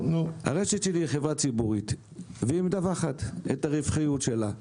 הרשת שלי היא חברה ציבורית והיא מדווחת את הרווחיות שלה,